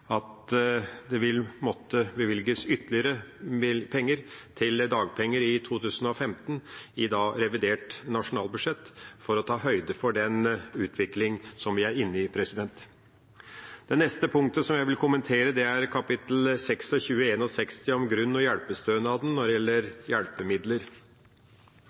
at det vil måtte bevilges ytterligere midler til dagpenger i 2015 i revidert nasjonalbudsjett for å ta høyde for den utviklinga som vi er inne i. Det neste punktet som jeg vil kommentere, er kap. 2661, Grunn- og